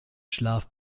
schlaf